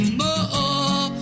more